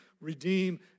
redeem